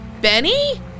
Benny